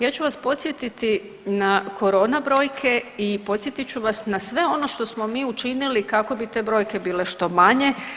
Ja ću vas podsjetiti na korona brojke i podsjetit ću vas na sve ono što smo mi učinili kako bi te brojke bile što manje.